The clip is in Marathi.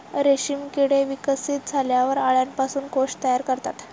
रेशीम किडे विकसित झाल्यावर अळ्यांपासून कोश तयार करतात